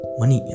Money